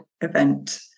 event